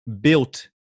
built